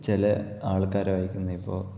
ചില ആള്ക്കാര് വായിക്കുന്നത് ഇപ്പോൾ